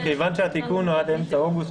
מכיוון שהתיקון הוא עד אמצע אוגוסט,